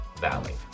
valley